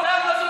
אף אחד לא,